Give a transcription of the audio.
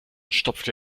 stopfte